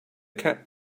cat